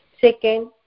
Second